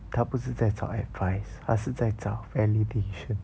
她不是在找 advice 她是在找 validation